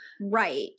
Right